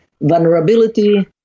vulnerability